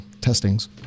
testings